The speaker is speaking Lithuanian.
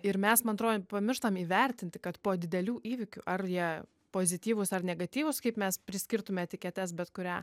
ir mes man atrodo pamirštam įvertinti kad po didelių įvykių ar jie pozityvūs ar negatyvūs kaip mes priskirtume etiketes bet kurią